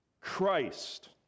Christ